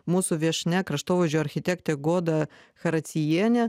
mūsų viešnia kraštovaizdžio architektė goda characiejienė